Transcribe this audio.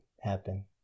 happen